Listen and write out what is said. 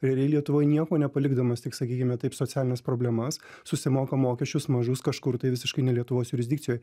realiai lietuvoj nieko nepalikdamas tik sakykime taip socialines problemas susimoka mokesčius mažus kažkur tai visiškai ne lietuvos jurisdikcijoj